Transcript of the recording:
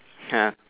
ya